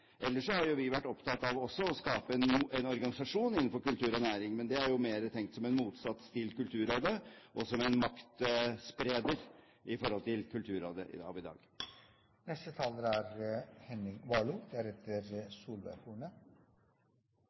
Ellers har også vi vært opptatt av å skape en organisasjon innenfor kultur og næring, men det er jo mer tenkt som en motsats til Kulturrådet og som en maktspreder i forhold til Kulturrådet av i dag. Det er